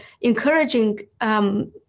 encouraging